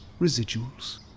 residuals